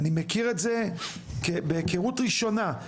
אני מכיר את זה בהכרות ראשונה,